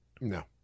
no